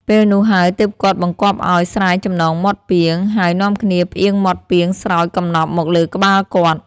ពេលនោះហើយ ទើបគាត់បង្គាប់ឲ្យស្រាយចំណងមាត់ពាង ហើយនាំគ្នាផ្ទៀងមាត់ពាងស្រោចកំណប់មកលើក្បាលគាត់។